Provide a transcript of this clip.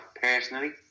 personally